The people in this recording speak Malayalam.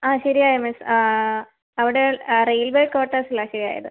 ആ ശരി ആയി മിസ് അവിടെ ആ റെയിൽവേ ക്വാർട്ടേഴ്സിലാണ് ശരി ആയത്